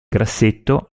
grassetto